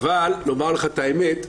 אבל לומר לך את האמת,